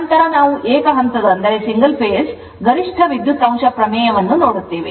ನಂತರ ನಾವು ಏಕ ಹಂತದ ಗರಿಷ್ಠ ವಿದ್ಯುತ್ ಅಂಶ ಪ್ರಮೇಯವನ್ನು ನೋಡುತ್ತೇವೆ